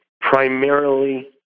primarily